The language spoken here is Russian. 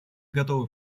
готовы